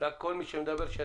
אבל